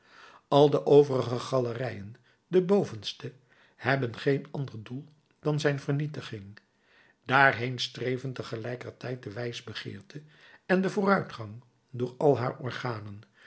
al de overige galerijen de bovenste hebben geen ander doel dan zijn vernietiging daarheen streven tegelijkertijd de wijsbegeerte en de vooruitgang door al haar organen